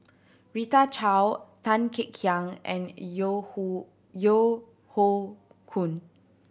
Rita Chao Tan Kek Hiang and Yeo Hoe Yeo Hoe Koon